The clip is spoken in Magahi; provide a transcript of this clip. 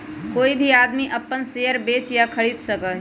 कोई भी आदमी अपन शेयर बेच या खरीद सका हई